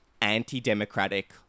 anti-democratic